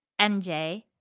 MJ